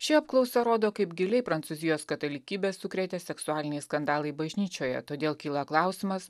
ši apklausa rodo kaip giliai prancūzijos katalikybę sukrėtė seksualiniai skandalai bažnyčioje todėl kyla klausimas